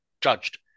judged